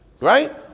Right